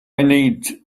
need